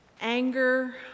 anger